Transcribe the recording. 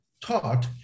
taught